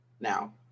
Now